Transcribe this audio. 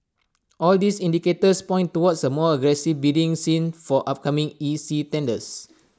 all these indicators point towards A more aggressive bidding scene for upcoming E C tenders